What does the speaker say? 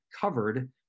covered